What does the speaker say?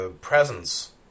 presence